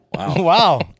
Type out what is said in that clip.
Wow